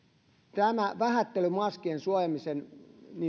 tämä vähättely maskien suojaamisen